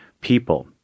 people